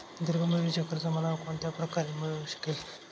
दीर्घ मुदतीचे कर्ज मला कोणत्या प्रकारे मिळू शकेल?